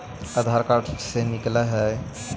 आधार card से निकाल हिऐ?